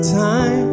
time